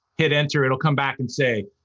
hit enter, it'll come back and say,